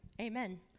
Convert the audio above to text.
amen